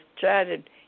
chatted